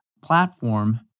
platform